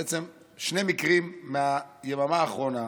בעצם אלה שני מקרים מהיממה האחרונה,